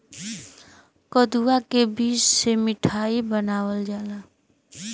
कदुआ के बीज से मिठाई बनावल जाला